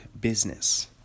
business